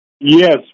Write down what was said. Yes